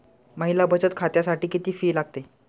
महिला बचत खात्यासाठी किती फी लागते?